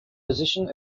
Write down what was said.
position